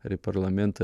ir į parlamentą